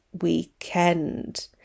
weekend